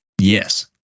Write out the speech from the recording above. yes